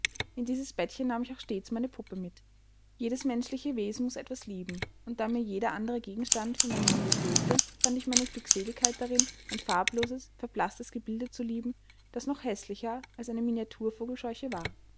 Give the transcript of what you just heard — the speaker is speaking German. in dieses bettchen nahm ich auch stets meine puppe mit jedes menschliche wesen muß etwas lieben und da mir jeder andere gegenstand für meine liebe fehlte fand ich meine glückseligkeit darin ein farbloses verblaßtes gebilde zu lieben das noch häßlicher als eine miniatur vogelscheuche war